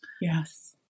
Yes